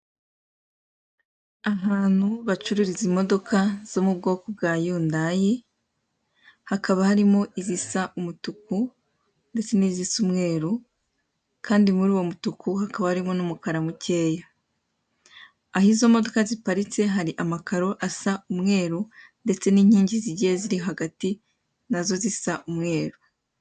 Ahantu bacururiza imodoka zo mu bwoko bwa yundayi, hakaba harimo izisa umutuku ndetse n'izisa umweru kandi muri uwo mutuku hakaba harimo n'umukara mukeya. Aho izo modoka ziparitse hari amakaro asa umweru ndetse n'inkingi zigiye ziri hagati na zo zisa umweru.